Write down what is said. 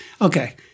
okay